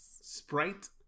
Sprite